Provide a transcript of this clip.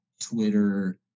Twitter